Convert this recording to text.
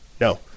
No